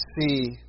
see